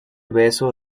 beso